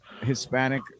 Hispanic